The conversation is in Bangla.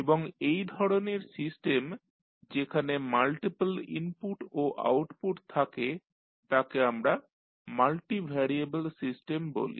এবং এই ধরণের সিস্টেম যেখানে মাল্টিপল ইনপুট ও আউটপুট থাকে তাকে আমরা মাল্টিভ্যারিয়েবল সিস্টেম বলি